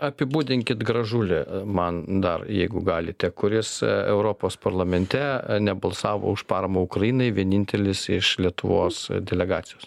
apibūdinkit gražulį man dar jeigu galite kuris europos parlamente nebalsavo už paramą ukrainai vienintelis iš lietuvos delegacijos